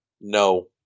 No